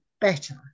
better